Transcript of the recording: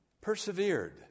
persevered